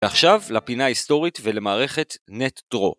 ‫ועכשיו, לפינה ההיסטורית ולמערכת נט דרו.